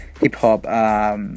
hip-hop